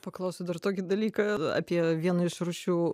paklausiu dar tokį dalyką apie vieną iš rūšių